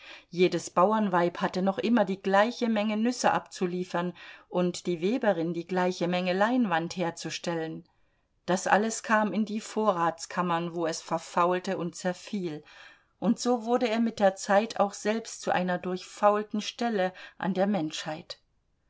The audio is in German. jedes bauernweib hatte noch immer die gleiche menge nüsse abzuliefern und die weberin die gleiche menge leinwand herzustellen das alles kam in die vorratskammern wo es verfaulte und zerfiel und so wurde er mit der zeit auch selbst zu einer durchfaulten stelle an der menschheit